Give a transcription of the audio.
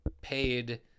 paid